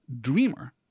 dreamer